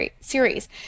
series